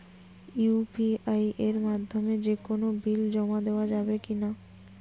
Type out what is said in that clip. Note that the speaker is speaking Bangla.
ইউ.পি.আই এর মাধ্যমে যে কোনো বিল জমা দেওয়া যাবে কি না?